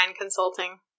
consulting